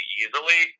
easily